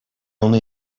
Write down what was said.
only